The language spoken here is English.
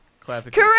Correct